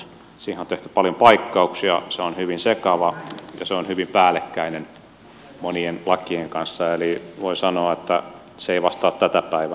siihen on tehty paljon paikkauksia se on hyvin sekava ja se on hyvin päällekkäinen monien lakien kanssa eli voi sanoa että se ei vastaa tätä päivää